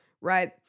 right